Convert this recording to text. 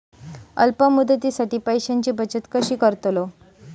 अल्प मुदतीसाठी पैशांची बचत कशी करतलव?